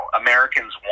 Americans